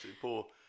poor